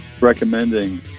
recommending